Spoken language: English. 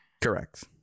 Correct